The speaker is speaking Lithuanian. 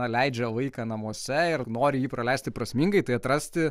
na leidžia laiką namuose ir nori jį praleisti prasmingai tai atrasti